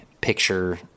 picture